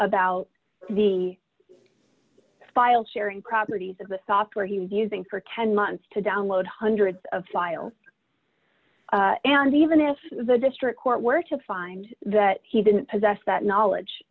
about the file sharing properties of the software he was using for ten months to download hundreds of files and even if the district court were to find that he didn't possess that